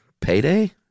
payday